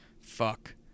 Fuck